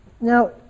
Now